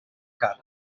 car